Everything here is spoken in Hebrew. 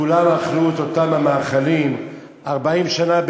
כולם אכלו את אותם המאכלים 40 שנה,